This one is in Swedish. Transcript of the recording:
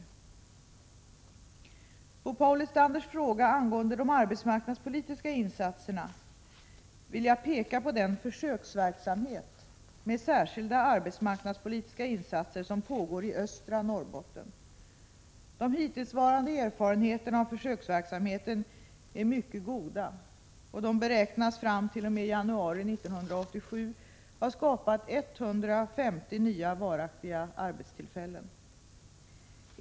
Med anledning av Paul Lestanders fråga angående de arbetsmarknadspolitiska insatserna vill jag peka på den försöksverksamhet med särskilda arbetsmarknadspolitiska insatser som pågår i östra Norrbotten. De hittillsvarande erfarenheterna av försöksverksamheten är mycket goda, och verksamheten beräknas fram t.o.m. januari 1987 ha skapat 150 nya varaktiga arbetstillfällen.